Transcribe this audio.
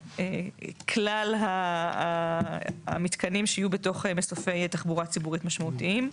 כלל המתקנים שיהיו בתוך מסופי תחבורה ציבורית משמעותיים.